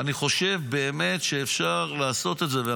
ואני חושב באמת שאפשר לעשות את זה,